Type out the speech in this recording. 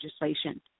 legislation